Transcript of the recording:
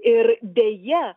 ir deja